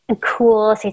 cool